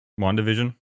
WandaVision